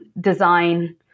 design